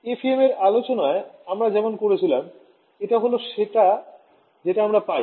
FEM এর আলোচনায় আমরা যেমন করেছিলাম এটা হল সেটা যেটা আমরা পাই